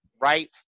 right